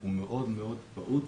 הוא מאוד מאוד פעוט.